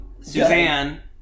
Suzanne